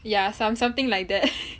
ya some something like that